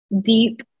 deep